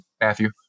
Matthew